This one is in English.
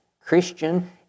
Christian